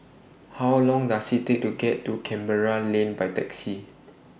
How Long Does IT Take to get to Canberra Lane By Taxi